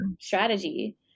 strategy